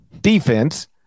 defense